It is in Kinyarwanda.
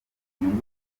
inyungu